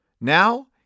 Now